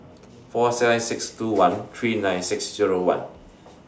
four seven six two one three nine six Zero one